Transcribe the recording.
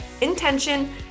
intention